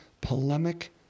polemic